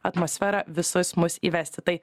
atmosferą visus mus įvesti tai